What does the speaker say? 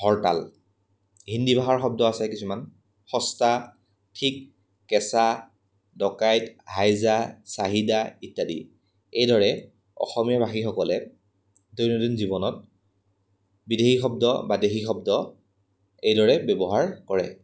হৰতাল হিন্দী ভাষাৰ শব্দ আছে কিছুমান সস্তা ঠিক কেঁচা ডকাইত হাইজা চাহিদা ইত্যাদি এইদৰে অসমীয়াভাষীসকলে দৈনন্দিন জীৱনত বিদেশী শব্দ বা দেশী শব্দ এইদৰে ব্যৱহাৰ কৰে